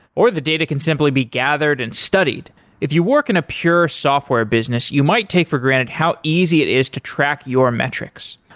or the data can simply be gathered and studied if you work in a pure software business, you might take for granted how easy it is to track your metrics.